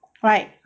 right